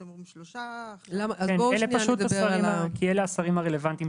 אתם אומרים שלושה --- כי אלה השרים הרלוונטיים